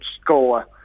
score